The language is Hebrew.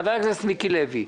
חבר הכנסת מיקי לוי,